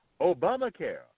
Obamacare